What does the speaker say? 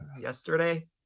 yesterday